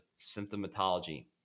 symptomatology